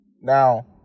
now